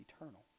eternal